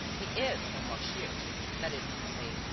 he is holmlock shears, that is to say,